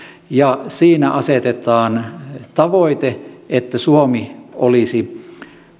ja siinä asetetaan tavoite että suomi olisi